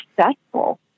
successful